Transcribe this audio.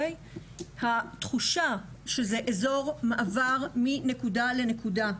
התחושה שזה אזור מעבר מנקודה לנקודה,